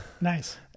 nice